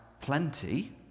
plenty